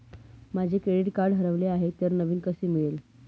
माझे credit card हरवले आहे तर नवीन कसे मिळेल?